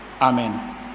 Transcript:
Amen